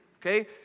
okay